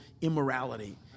immorality